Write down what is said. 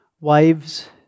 Wives